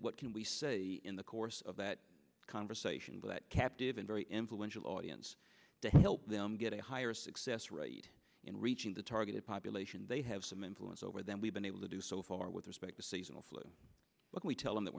what can we say in the course of that conversation but captive in very influential audience to help them get a higher success rate in reaching the targeted population they have some influence over them we've been able to do so far with respect to seasonal flu what we tell them that